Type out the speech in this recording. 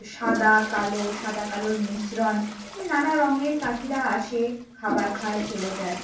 সাদা কালো সাদা কালোর মিশ্রণ এই নানা রঙের পাখিরা আসে খাবার খায় চলে যায়